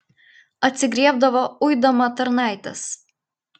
atsigriebdavo uidama tarnaites